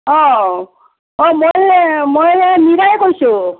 অঁ অঁ মই এই মই এই মীৰাই কৈছোঁ